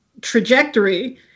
trajectory